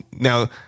now